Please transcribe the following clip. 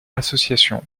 association